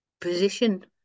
position